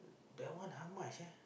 that one how much ah